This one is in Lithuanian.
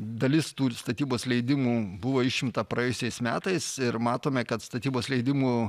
dalis tų ir statybos leidimų buvo išimta praėjusiais metais ir matome kad statybos leidimų